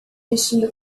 vestindo